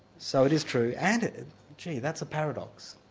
so it is true and gee, that's a paradox.